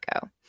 go